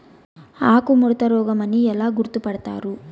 ఆకుముడత రోగం అని ఎలా గుర్తుపడతారు?